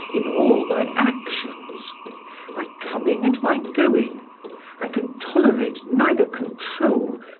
in all my actions my coming and my going i can tolerate neither control,